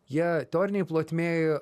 jie teorinėj plotmėj